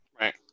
Right